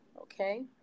okay